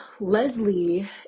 Leslie